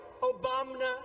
Obama